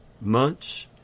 months